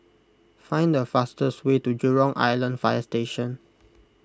find the fastest way to Jurong Island Fire Station